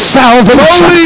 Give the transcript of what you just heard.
salvation